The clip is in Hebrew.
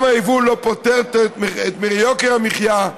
היבוא גם לא פותר את יוקר המחיה,